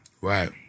Right